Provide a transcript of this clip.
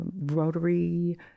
rotary